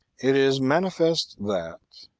it is mani fest that,